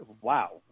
wow